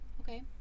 Okay